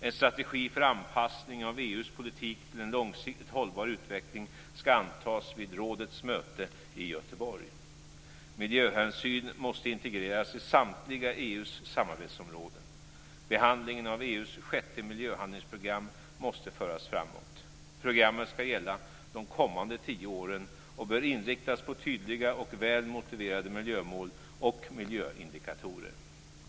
En strategi för anpassning av EU:s politik till en långsiktigt hållbar utveckling ska antas vid rådets möte i Göteborg. Miljöhänsyn måste integreras i samtliga EU:s samarbetsområden. Behandlingen av EU:s sjätte miljöhandlingsprogram måste föras framåt. Programmet ska gälla de kommande tio åren och bör inriktas på tydliga och väl motiverade miljömål och miljöindikatorer.